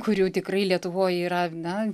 kurių tikrai lietuvoj yra na